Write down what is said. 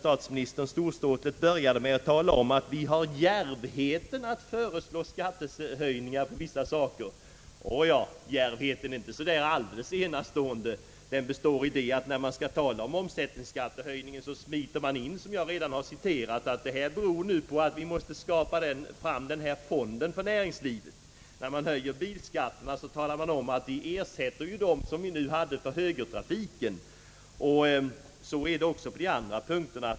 Statsministern började storståtlig med att tala om att »vi har djärvheten» att föreslå skattehöjningar på vissa saker. Åja, djärvheten är inte så alldeles enastående. När man skall tala om höjningen av omsättningsskatten smiter man in — såsom jag redan har citerat — att höjningen beror på att man måste skapa den här fonden för näringslivet. Och när man höjer bilskatterna talar man om att det är i stället för avgifterna till högertrafikens genomförande. Likadant är det på de andra punkterna.